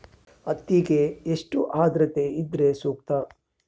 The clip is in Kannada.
ಹತ್ತಿಗೆ ಎಷ್ಟು ಆದ್ರತೆ ಇದ್ರೆ ಸೂಕ್ತ?